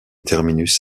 terminus